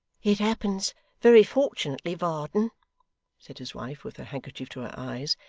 it happens very fortunately, varden said his wife, with her handkerchief to her eyes,